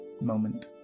moment